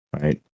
right